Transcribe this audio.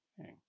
Okay